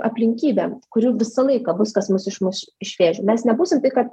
aplinkybėm kurių visą laiką bus kas mus išmuš iš vėžių mes nebūsim tai kad